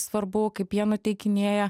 svarbu kaip jie nuteikinėja